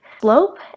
slope